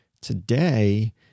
today